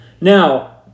Now